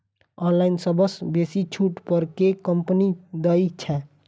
Online सबसँ बेसी छुट पर केँ कंपनी दइ छै?